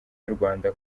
yurwanda